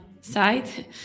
side